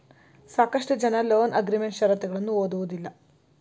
ಸಾಕಷ್ಟು ಜನ loan agreement ಶರತ್ತುಗಳನ್ನು ಓದುವುದಿಲ್ಲ